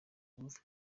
bumve